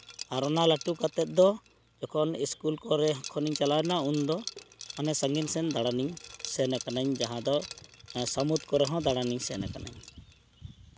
ᱟᱨ ᱚᱱᱟ ᱞᱟᱹᱴᱩ ᱠᱟᱛᱮ ᱫᱚ ᱡᱚᱠᱷᱚᱱ ᱤᱥᱠᱩᱞ ᱠᱚᱨᱮ ᱠᱷᱚᱱ ᱤᱧ ᱪᱟᱞᱟᱣᱱᱟ ᱩᱱᱫᱚ ᱢᱟᱱᱮ ᱥᱟᱺᱜᱤᱧ ᱥᱮᱱ ᱫᱟᱬᱟᱱᱤᱧ ᱥᱮᱱ ᱠᱟᱹᱱᱟᱹᱧ ᱡᱟᱦᱟᱸ ᱫᱚ ᱥᱟᱹᱢᱩᱫ ᱠᱚᱨᱮᱦᱚᱸ ᱫᱟᱬᱟᱱᱤᱧ ᱥᱮᱱ ᱠᱟᱹᱱᱟᱹᱧ